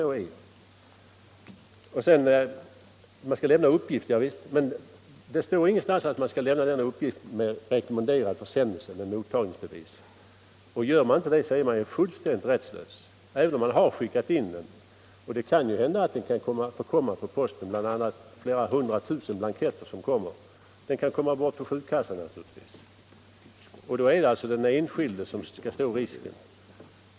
Det är riktigt att det skall göras en anmälan till försäkringskassan. "Men det står ingenstans att denna anmälan skall sändas i rekommenderat brev med mottagningsbevis. Gör man inte det, är man fullständigt rättslös. Det kan ju hända att försändelsen förkommer på posten eller att anmälan kommer bort på försäkringskassan bland flera 100 000 blanketter. Då får den enskilde stå risken.